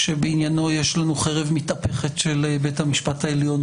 שבעניינו יש לנו חרב מתהפכת של בית המשפט העליון,